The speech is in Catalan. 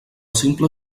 simple